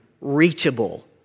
reachable